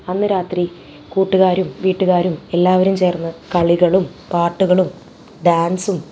അന്ന് രാത്രി കൂട്ടുകാരും വീട്ടുകാരും എല്ലാവരും ചേർന്ന് കളികളും പാട്ടുകളും ഡാൻസും